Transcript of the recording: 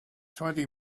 twenty